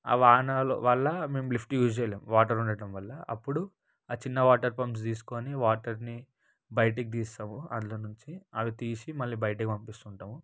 ఆ వానల వల్ల మేము లిఫ్ట్ యూజ్ చెయ్యలేం వాటర్ ఉండటం వల్ల అప్పుడు ఆ చిన్న వాటర్ పంప్స్ తీసుకొని వాటర్ని బయటకి తీస్తాము అందులో నుంచి అవి తీసి మళ్ళీ బయటకి పంపిస్తుంటాము